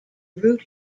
root